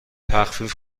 تخفیف